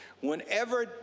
Whenever